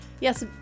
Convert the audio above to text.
Yes